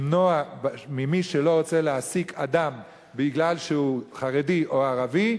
למנוע ממי שלא רוצה להעסיק אדם בגלל שהוא חרדי או ערבי,